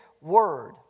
word